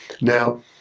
Now